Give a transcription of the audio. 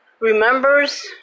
remembers